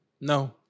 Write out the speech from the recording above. No